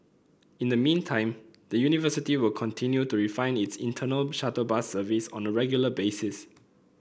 in the meantime the university will continue to refine its internal shuttle bus service on a regular basis